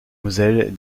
moselle